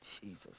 Jesus